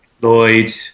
Lloyd